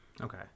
Okay